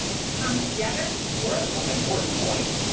to come together. we're at an important point.